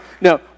no